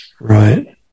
Right